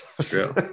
True